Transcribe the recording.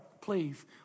please